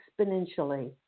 exponentially